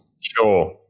Sure